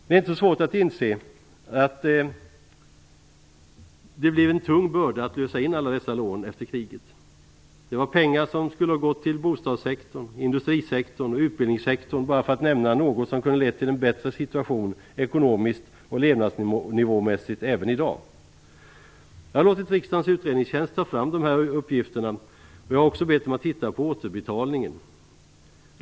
Det är inte så svårt att inse att det blev en tung börda att lösa in alla dessa lån efter kriget. Det var pengar som skulle ha gått till bostadssektorn, industrisektorn och utbildningssektorn, bara för att nämna något som kunde ha lett till en bättre situation ekonomiskt och levnadsnivåmässigt även i dag. Jag har låtit riksdagens utredningstjänst ta fram dessa uppgifter. Jag har också bett dem att titta på återbetalningen.